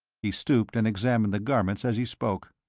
he stooped and examined the garments as he spoke.